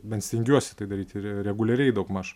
bent stengiuosi tai daryti re reguliariai daugmaž